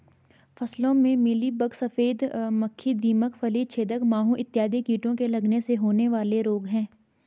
फसलों में मिलीबग, सफेद मक्खी, दीमक, फली छेदक माहू इत्यादि कीटों के लगने से होने वाले रोग हैं